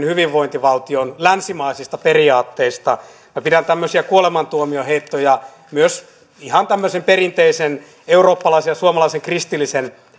hyvinvointivaltion länsimaisista periaatteista pidän tämmöisiä kuolemantuomioheittoja myös ihan tämmöisen perinteisen eurooppalaisen ja suomalaisen kristillisen